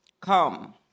Come